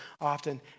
often